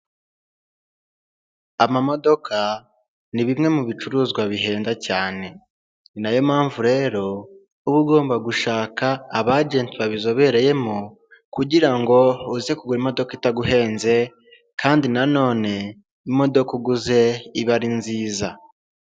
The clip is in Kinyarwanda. Ama modoka ni bimwe mu bicuruzwa bihenda cyane, ni nayo mpamvu rero uba ugomba gushaka aba agenti babizobereyemo, kugira ngo uze kugura imodoka itaguhenze, kandi na none imodoka uguze iba ari nziza.